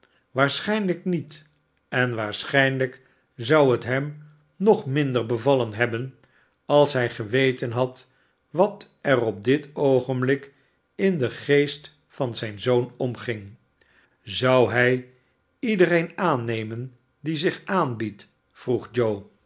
waarschijnlijk niet en waarschijnlijk zou het hem nog minder bevallen hebben als hij geweten had wat er op dit oogenblik in den geest van zijn zoon omging zou hij iedereen aannemen die zich aanbiedt vroeg